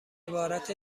عبارت